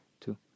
two